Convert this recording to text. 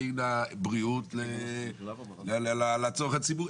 בין הבריאות לצורך הציבורי?